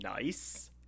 nice